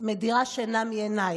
מדירה שינה מעיניי.